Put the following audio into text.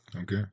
Okay